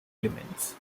elements